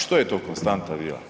Što je to konstanta bila?